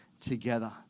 together